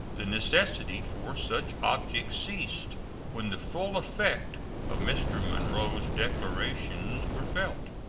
the necessity for such objects ceased when the full effects of mr. monroe's declarations were felt.